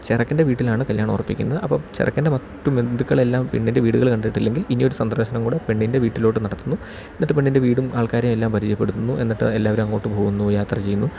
ചെറുക്കൻ്റെ വീട്ടിലാണ് കല്യാണം ഉറപ്പിക്കുന്നത് അപ്പം ചെറുക്കൻ്റെ മൊത്തം ബന്ധുക്കളെല്ലാം പെണ്ണിൻ്റെ വീടുകള് കണ്ടിട്ടില്ലെങ്കിൽ ഇനി ഒരു സന്ദർശനം കൂടെ പെണ്ണിൻ്റെ വീട്ടിലോട്ട് നടത്തുന്നു എന്നിട്ട് പെണ്ണിൻ്റെ വീടും ആൾക്കാരെ എല്ലാം പരിചയപ്പെടുത്തുന്നു എന്നിട്ട് എല്ലാവരും അങ്ങോട്ട് പോകുന്നു യാത്ര ചെയ്യുന്നു